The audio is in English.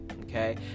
okay